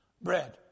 bread